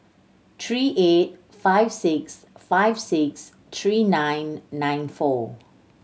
three eight five six five six three nine nine four